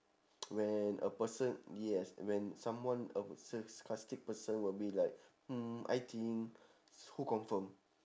when a person yes when someone a s~ sarcastic person will be like mm I think who confirm